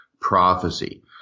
prophecy